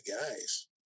guys